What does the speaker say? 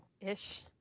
Ish